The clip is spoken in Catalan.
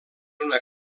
una